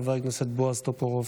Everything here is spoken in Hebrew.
חבר הכנסת בועז טופורובסקי.